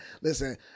listen